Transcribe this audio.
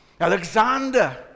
Alexander